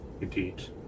indeed